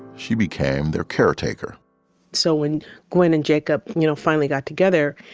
she became their caretaker so when gwen and jacob you know finally got together,